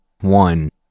one